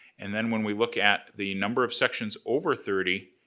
and then, when we look at the number of sections over thirty,